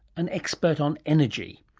an expert on energy,